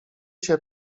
się